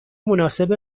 مناسب